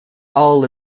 all